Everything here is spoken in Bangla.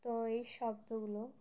তো এই শব্দগুলো